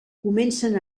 comencem